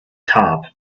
top